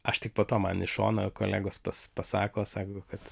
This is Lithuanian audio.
aš tik po to man į šoną kolegos pas pasako sako kad